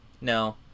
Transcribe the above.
No